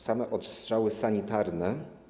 Same odstrzały sanitarne.